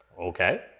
Okay